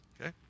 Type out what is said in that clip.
Okay